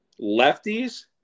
lefties